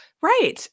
Right